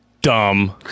dumb